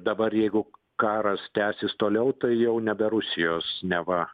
dabar jeigu karas tęsis toliau tai jau nebe rusijos neva